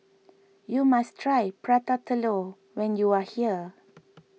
you must try Prata Telur when you are here